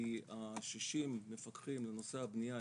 כי ה-60 מפקחים בנושא הבנייה,